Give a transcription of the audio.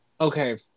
Okay